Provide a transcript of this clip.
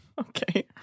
Okay